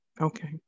Okay